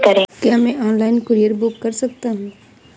क्या मैं online courier book कर सकता हूँ?